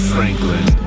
Franklin